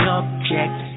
object